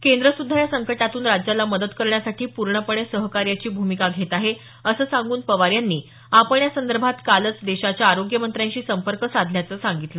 केंद्र सुद्धा या संकटातून राज्याला मदत करण्यासाठी पूर्णपणे सहकार्याची भूमिका घेत आहे असं सांगून पवार यांनी आपण या संदर्भात कालच देशाच्या आरोग्य मंत्र्यांशी संपर्क साधल्याचं सांगितलं